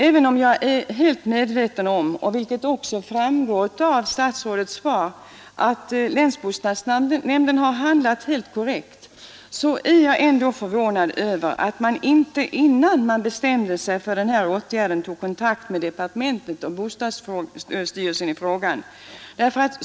Även om jag är medveten om att nämndens handlande är korrekt — vilket också framgår av statsrådets svar — är jag förvånad över att man inte, innan man bestämde sig för den här åtgärden, tog kontakt med departementet och bostadsstyrelsen i frågan.